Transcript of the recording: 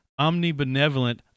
omnibenevolent